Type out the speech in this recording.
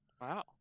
Wow